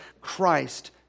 Christ